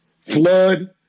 flood